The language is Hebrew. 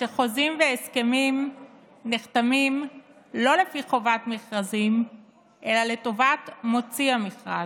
כשחוזים והסכמים נחתמים לא לפי חובת מכרזים אלא לטובת מוציא המכרז,